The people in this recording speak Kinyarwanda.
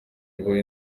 ngo